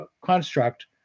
construct